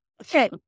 Okay